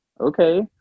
okay